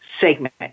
segment